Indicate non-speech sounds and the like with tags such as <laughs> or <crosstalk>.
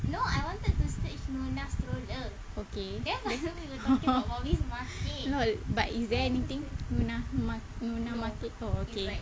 okay <laughs> no but is there anything lunar mar~ lunar market oh okay